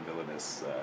villainous